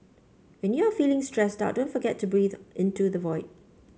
when you are feeling stressed out don't forget to breathe into the void